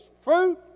fruit